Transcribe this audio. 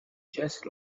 just